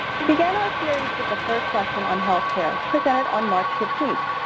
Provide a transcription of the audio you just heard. we began our series with the first session on health care presented on march fifteenth.